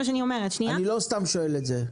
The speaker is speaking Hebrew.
אני לא סתם שואל את זה.